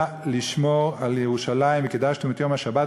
לשמור על ירושלים: "וקדשתם את יום השבת",